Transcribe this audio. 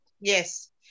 yes